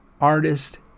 artist